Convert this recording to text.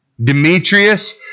Demetrius